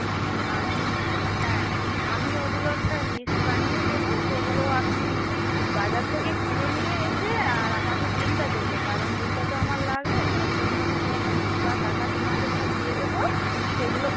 আচ্ছা আমি হ্যাঁ আমি ওগুলো একটা লিস্ট বানিয়ে দেবো সেগুলো আপনি বাজার থেকে কিনে নিয়ে এসে আর আমাকে বিলটা দেবে কারণ বিলটা তো আমার লাগবে তার জন্য আমি সব লিস্ট বা টাকা তোমাকে সব দিয়ে দেবো সেগুলো